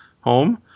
home